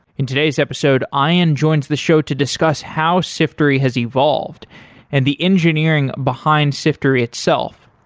in today's, episode ayan joins the show to discuss how siftery has evolved and the engineering behind siftery itself.